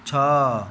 ଛଅ